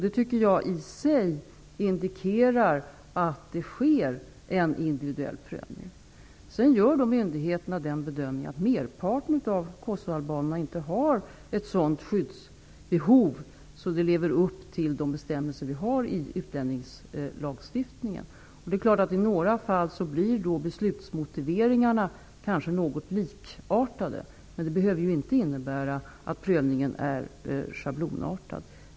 Det tycker jag i sig indikerar att det görs en individuell prövning. Sedan gör myndigheterna den bedömningen att merparten av kosovoalbanerna inte har ett sådant skyddsbehov att det uppfyller bestämmelserna i vår utlänningslagstiftning. I några fall blir då beslutsmotiveringarna ganska likartade, men det behöver inte innebära att prövningen är schablonartad.